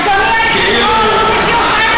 אדוני היושב-ראש,